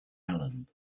allen